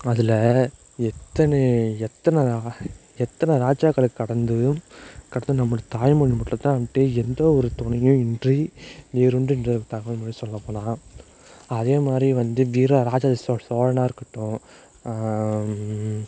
அதில் எத்தனை எத்தனை எத்தனை ராஜாக்களைக் கடந்தும் கடந்து நம்ம தாய்மொழி மட்டுந்தான் வந்துட்டு எந்தவொரு துணையும் இன்றி வேரூன்றி நின்ற தமிழ்மொழி சொல்லப்போனால் அதேமாதிரி வந்து வீர ராஜராஜ சோ சோழனாக இருக்கட்டும்